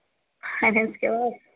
fines کے بعد